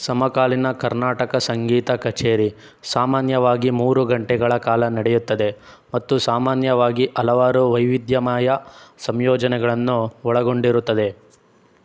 ಸಮಕಾಲೀನ ಕರ್ನಾಟಕ ಸಂಗೀತ ಕಛೇರಿ ಸಾಮಾನ್ಯವಾಗಿ ಮೂರು ಗಂಟೆಗಳ ಕಾಲ ನಡೆಯುತ್ತದೆ ಮತ್ತು ಸಾಮಾನ್ಯವಾಗಿ ಹಲವಾರು ವೈವಿಧ್ಯಮಯ ಸಂಯೋಜನೆಗಳನ್ನು ಒಳಗೊಂಡಿರುತ್ತದೆ